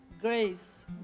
grace